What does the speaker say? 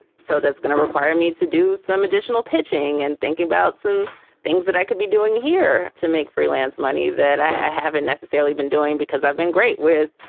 so that's going to require me to do some additional pitching and thinking about some things that i could be doing here to make freelance money that i haven't necessarily been doing, because i've been great with,